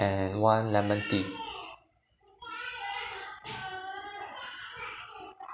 and one lemon tea